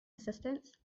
assistance